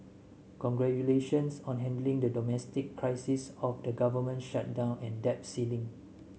congratulations on handling the domestic crisis of the government shutdown and debt ceiling